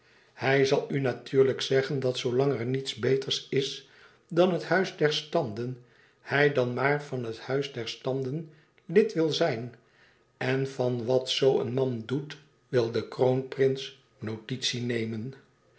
hij zal u natuurlijk zeggen dat zoolang er niets beters is dan het huis der standen hij dan maar van het huis der standen lid wil zijn en van wat zoo een man doet wil de kroonprins notitie nemen